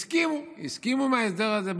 הסכימו, הסכימו להסדר הזה.